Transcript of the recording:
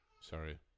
sorry